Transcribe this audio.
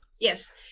yes